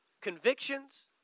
Convictions